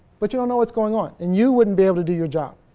but, you don't know what's going on and you wouldn't be able to do your job.